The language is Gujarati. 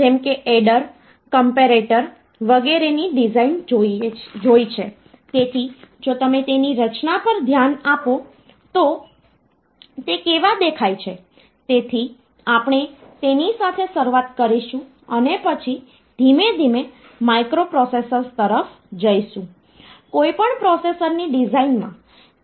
હવે જ્યારે આપણે નાની એપ્લિકેશનો વિશે વાત કરી રહ્યા છીએ ત્યારે તેમના નાના કદ અને જગ્યાને લીધે પાવર ની જરૂરિયાતોને આપણે ઑપ્ટિમાઇઝ કરવી પડશે અને ત્યાં આપણે જોઈશું કે માઇક્રોકન્ટ્રોલરનો સૌથી વધુ ઉપયોગ થાય છે